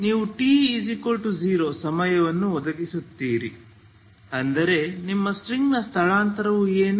ನೀವು t0 ಸಮಯವನ್ನು ಒದಗಿಸುತ್ತೀರಿ ಅಂದರೆ ನಿಮ್ಮ ಸ್ಟ್ರಿಂಗ್ನ ಸ್ಥಳಾಂತರ ಏನು